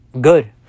good